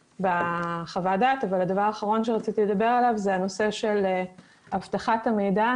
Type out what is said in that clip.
בחוות-הדעת שרציתי לדבר עליו זה נושא אבטחת המידע.